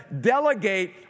delegate